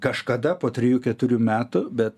kažkada po trijų keturių metų bet